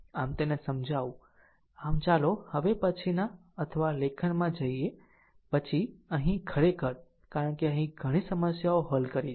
આમ તેને સમજાવું આમ ચાલો હવે પછીનાં અથવા લેખનમાં જઈએ પછી અહીં ખરેખર કારણ કે ઘણી સમસ્યાઓ હલ કરી છે